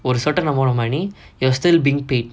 for a certain amount of money you are still being paid